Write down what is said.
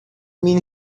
mean